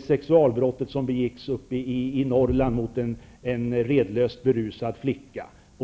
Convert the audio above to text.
sexualbrott som begicks uppe i Norrland mot en redlöst berusad flicka.